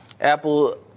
apple